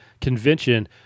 convention